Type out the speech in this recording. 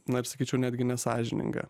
na ir sakyčiau netgi nesąžiningą